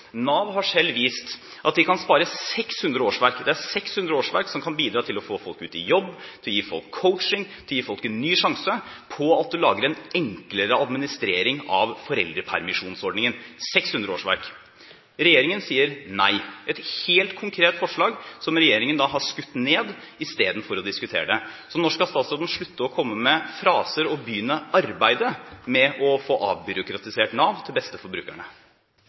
Nav har selv vist at de kan spare 600 årsverk. Det er 600 årsverk som kan bidra til å få folk ut i jobb, gi folk coaching, gi folk en ny sjanse, gjennom at du lager en enklere administrering av foreldrepermisjonsordningen – 600 årsverk. Regjeringen sier nei. Et helt konkret forslag som regjeringen har skutt ned istedenfor å diskutere det. Når skal statsråden slutte å komme med fraser og begynne arbeidet med å få avbyråkratisert Nav, til beste